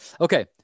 Okay